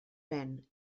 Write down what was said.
ven